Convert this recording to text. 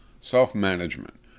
self-management